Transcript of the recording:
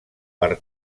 per